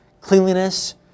cleanliness